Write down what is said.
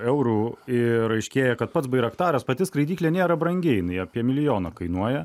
eurų ir aiškėja kad pats bairaktaras pati skraidyklė nėra brangi jinai apie milijoną kainuoja